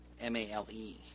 M-A-L-E